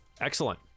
Excellent